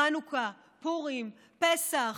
חנוכה, פורים, פסח.